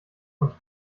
und